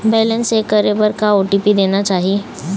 Balance check करे बर का ओ.टी.पी देना चाही?